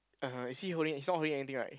ah [huh] is he holding he's not holding anything right